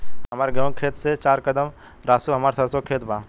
हमार गेहू के खेत से चार कदम रासु हमार सरसों के खेत बा